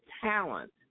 talent